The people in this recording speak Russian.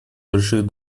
больших